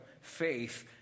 faith